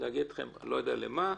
להגיע אתכם לא יודע למה,